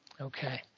Okay